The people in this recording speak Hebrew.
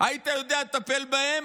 היית יודע לטפל בהם.